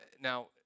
Now